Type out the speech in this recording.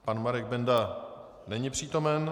Pan Marek Benda není přítomen.